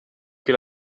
che